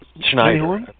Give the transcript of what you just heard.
Schneider